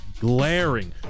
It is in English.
glaring